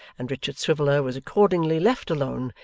and richard swiveller was accordingly left alone,